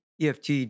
EFT